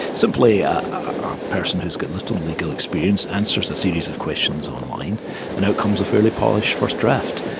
simply a ah person who's got little legal experience answers a series of questions online and out comes a fairly polished first draft,